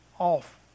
Off